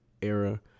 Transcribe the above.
era